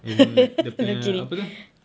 as in like dia punya apa tu